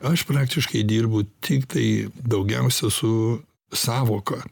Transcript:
aš praktiškai dirbu tiktai daugiausia su sąvoka